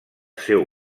seu